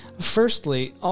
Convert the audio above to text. firstly